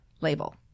label